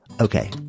Okay